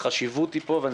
אדוני היושב ראש,